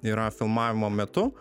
yra filmavimo metu